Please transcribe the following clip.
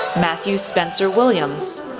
matthew spencer williams,